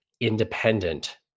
independent